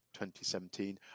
2017